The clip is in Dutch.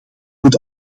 moet